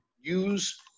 use